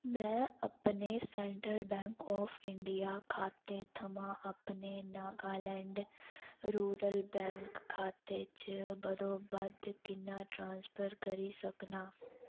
में अपने central bank of India खाते थमां अपने नागालैंड रूरल बैंक खाते च बद्धोबद्ध किन्ना ट्रांसफर करी सकनां